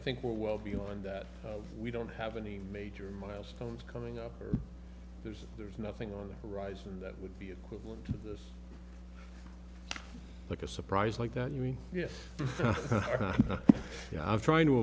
think we're well beyond that we don't have any major milestones coming up or there's there's nothing on the horizon that would be equivalent to this like a surprise like that you mean yes i'm trying to